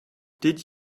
did